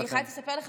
אני חייבת לספר לך,